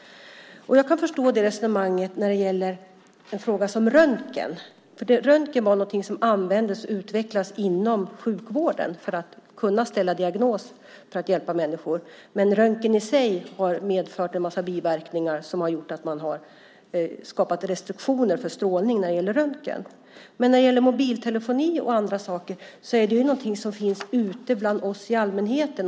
Jag kan förstå det resonemanget när det gäller en fråga som röntgen. Röntgen var något som användes och utvecklades inom sjukvården för att kunna ställa diagnos och hjälpa människor. Men röntgen i sig har medfört en massa biverkningar som har gjort att man har skapat restriktioner för strålningen. Men mobiltelefoni och andra saker är ju någonting som finns ute bland oss i allmänheten.